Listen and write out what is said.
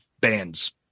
bands